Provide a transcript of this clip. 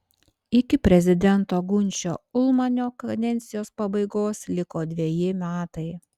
iki prezidento gunčio ulmanio kadencijos pabaigos liko dveji metai